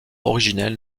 originelle